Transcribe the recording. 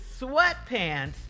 sweatpants